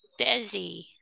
Desi